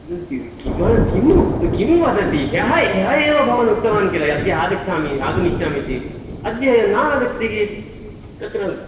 किम् किं किं वदति ह्यः ह्यः एव भवान् उक्तवान् किल अद्य आगच्छामि आगमिष्यामि इति अद्य न आगच्छति चेत् तत्र